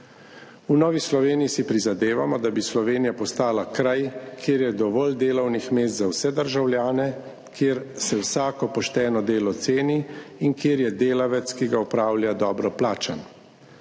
V Novi Sloveniji si prizadevamo, da bi Slovenija postala kraj, kjer je dovolj delovnih mest za vse državljane, kjer se vsako pošteno delo ceni in kjer je delavec, ki ga opravlja, dobro plačan.